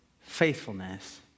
faithfulness